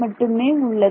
மட்டுமே உள்ளது